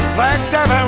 Flagstaff